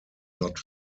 not